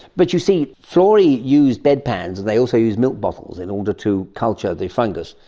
but you see, florey used bed pans and they also used milk bottles in order to culture the fungus,